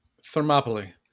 Thermopylae